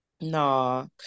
no